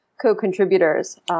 Co-contributors